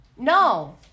No